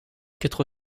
quatre